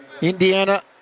Indiana